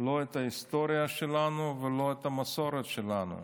לא את ההיסטוריה שלנו ולא את המסורת שלנו.